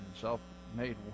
self-made